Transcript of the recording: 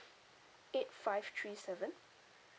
eight five three seven